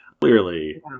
Clearly